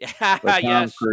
Yes